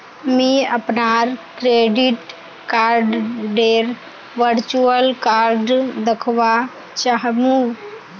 मी अपनार क्रेडिट कार्डडेर वर्चुअल कार्ड दखवा चाह मु